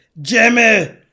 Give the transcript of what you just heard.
Jimmy